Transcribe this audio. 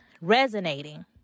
resonating